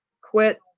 quit